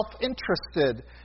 self-interested